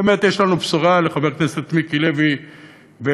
באמת, יש לנו בשורה לחבר הכנסת מיקי לוי ולי.